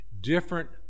different